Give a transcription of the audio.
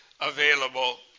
available